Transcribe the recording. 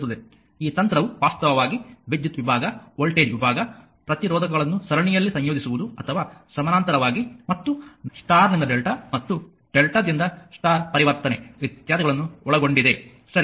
ಈ ತಂತ್ರವು ವಾಸ್ತವವಾಗಿ ವಿದ್ಯುತ್ ವಿಭಾಗ ವೋಲ್ಟೇಜ್ ವಿಭಾಗ ಪ್ರತಿರೋಧಕಗಳನ್ನು ಸರಣಿಯಲ್ಲಿ ಸಂಯೋಜಿಸುವುದು ಅಥವಾ ಸಮಾನಾಂತರವಾಗಿ ಮತ್ತು ಸ್ಟಾರ್ ನಿಂದ ಡೆಲ್ಟಾ ಮತ್ತು ಡೆಲ್ಟಾದಿಂದ ಸ್ಟಾರ್ ಪರಿವರ್ತನೆ ಇತ್ಯಾದಿಗಳನ್ನು ಒಳಗೊಂಡಿದೆ ಸರಿ